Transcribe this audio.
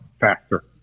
faster